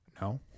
no